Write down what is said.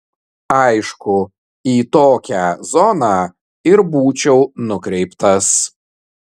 aišku į tokią zoną ir būčiau nukreiptas